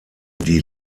die